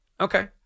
Okay